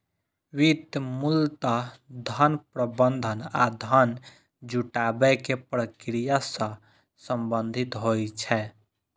वित्त मूलतः धन प्रबंधन आ धन जुटाबै के प्रक्रिया सं संबंधित होइ छै